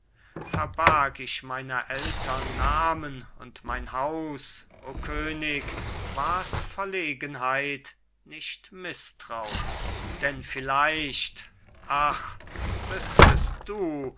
verbarg ich meiner eltern namen und mein haus o könig war's verlegenheit nicht mißtraun den vielleicht ach wüßtest du